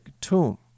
tomb